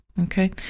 okay